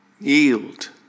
Yield